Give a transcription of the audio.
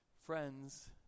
friends